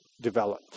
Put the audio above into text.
developed